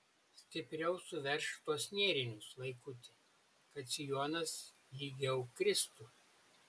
stipriau suveržk tuos nėrinius vaikuti kad sijonas lygiau kristų